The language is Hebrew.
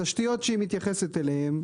התשתיות שהיא מתייחסת אליהן,